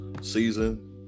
season